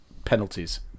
Penalties